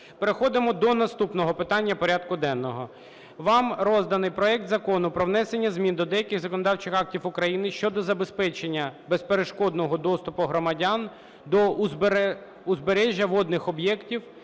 Переходимо до наступного питання порядку денного. Вам розданий проект Закону про внесення змін до деяких законодавчих актів України щодо забезпечення безперешкодного доступу громадян до узбережжя водних об'єктів